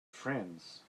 friends